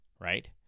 right